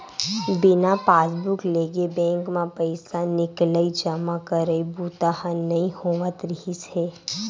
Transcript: बिना पासबूक लेगे बेंक म पइसा निकलई, जमा करई बूता ह नइ होवत रिहिस हे